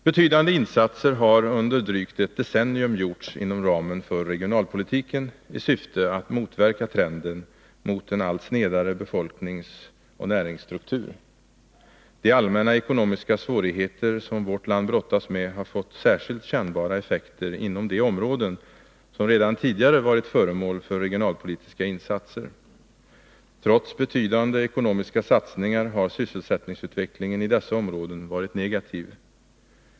Betydande insatser här under drygt ett decennium gjorts inom ramen för regionalpolitiken i syfte att motverka trenden mot en allt snedare befolkningsoch näringsstruktur. De allmänna ekonomiska svårigheter som vårt land brottas med har fått särskilt kännbara effekter inom de områden som redan tidigare varit föremål för regionalpolitiska insatser. Trots betydande ekonomiska satsningar har sysselsättningsutvecklingen i dessa områden varit negativ.